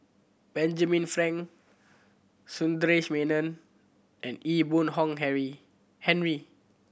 Benjamin Frank Sundaresh Menon and Ee Boon Henry Henry